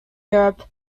europe